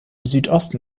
südosten